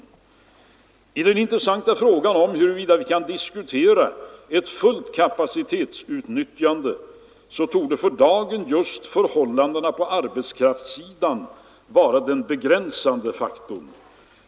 När det gäller den intressanta frågan huruvida vi kan diskutera ett fullt kapacitsutnyttjande borde för dagen just förhållandena på arbetskraftssidan vara den begränsande faktorn.